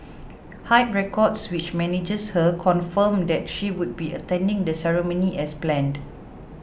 Hype Records which manages her confirmed that she would be attending the ceremony as planned